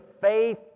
faith